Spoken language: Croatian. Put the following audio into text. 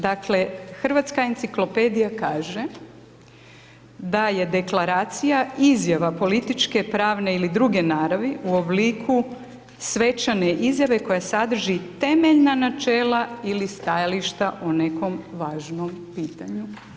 Dakle Hrvatska enciklopedija kaže da je deklaracija izjava političke, pravne ili druge naravi u obliku svečane izjave koja sadrži temeljna načela ili stajališta o nekom važnom pitanju.